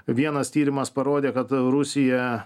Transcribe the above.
vienas tyrimas parodė kad rusija